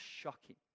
shocking